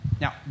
Now